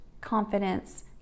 confidence